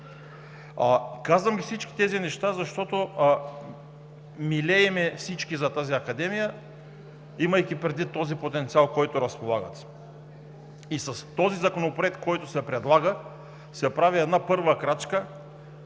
Казвам всички тези неща, защото всички милеем за тази академия, имайки предвид този потенциал, с който разполага. С този законопроект, който се предлага, се прави първа крачка,